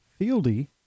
Fieldy